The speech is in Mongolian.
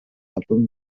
олон